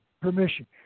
permission